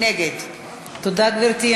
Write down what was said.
נגד תודה, גברתי.